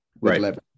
right